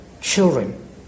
children